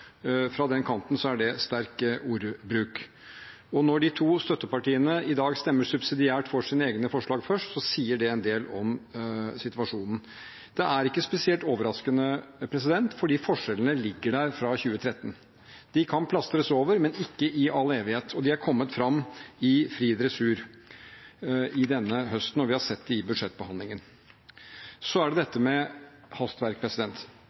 Fra den kanten er det sterk ordbruk. Når de to støttepartiene i dag stemmer subsidiært for sine egne forslag først, sier det en del om situasjonen. Det er ikke spesielt overraskende, for forskjellene ligger der fra 2013. De kan plastres over, men ikke i all evighet. De er kommet fram i fri dressur denne høsten, og vi har sett det i budsjettbehandlingen. Så er det dette med hastverk.